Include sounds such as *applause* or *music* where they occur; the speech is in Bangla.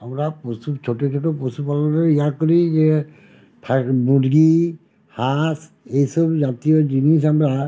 আমরা প্রচুর ছোটো ছোটো পশুপালনে ইয়ে করি যে *unintelligible* মুরগি হাঁস এই সব জাতীয় জিনিস আমরা